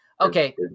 Okay